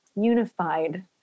unified